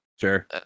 Sure